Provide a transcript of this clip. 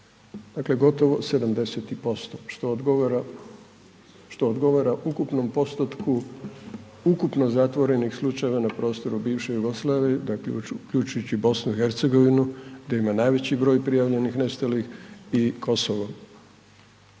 gotovo 70% što odgovara ukupnom postotku ukupno zatvorenih slučajeva na prostoru bivše Jugoslavije dakle uključujući i BiH gdje ima najveći broj prijavljenih nestalih i Kosovo.